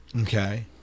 Okay